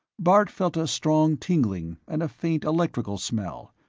bart felt a strong tingling and a faint electrical smell,